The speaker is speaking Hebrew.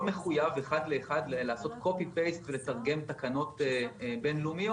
מחויב אחד לאחד לעשות קופי פייסט ולתרגם תקנות בין-לאומיות,